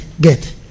get